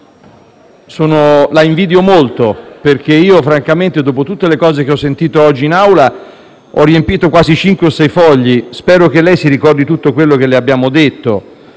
la invidio molto, perché, dopo tutte le cose che ho sentito oggi in Aula, ho riempito quasi cinque o sei fogli. Spero che si ricordi tutto quello che le abbiamo detto